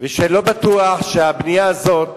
ולא בטוח שהבנייה הזאת